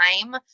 time